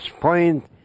point